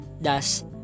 thus